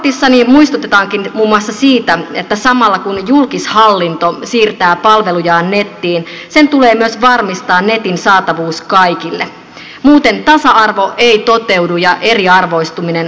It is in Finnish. raportissani muistutetaankin muun muassa siitä että samalla kun julkishallinto siirtää palvelujaan nettiin sen tulee myös varmistaa netin saatavuus kaikille muuten tasa arvo ei toteudu ja eriarvoistuminen vain lisääntyy